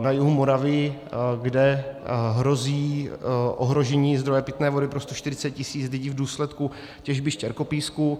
na jihu Moravy, kde hrozí ohrožení zdroje pitné vody pro 140 tisíc lidí v důsledku těžby štěrkopísku.